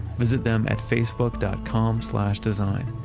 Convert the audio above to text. visit them at facebook dot com slash design.